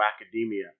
academia